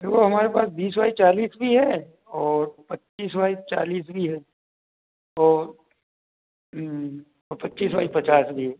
सुनो हमारे पास बीस बाई चालिस भी है और पच्चीस बाई चालिस भी है और और पच्चीस बाई पचास भी है